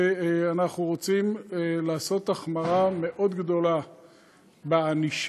אנחנו רוצים לעשות החמרה מאוד גדולה בענישה,